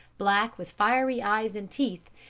black, with fiery eyes and teeth,